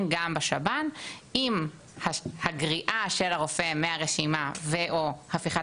גם בשב"ן אם הגריעה של הרופא מהרשימה ו/או הפיכת